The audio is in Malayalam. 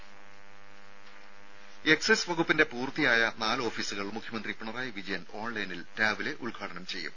രംഭ എക്സൈസ് വകുപ്പിന്റെ പൂർത്തിയായ നാല് ഓഫീസുകൾ മുഖ്യമന്ത്രി പിണറായി വിജയൻ ഓൺലൈനിൽ രാവിലെ ഉദ്ഘാടനം ചെയ്യും